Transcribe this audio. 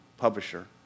publisher